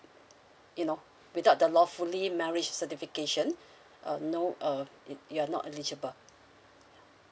you know without the lawfully marriage certification um no uh you you are not eligible